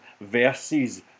verses